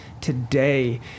today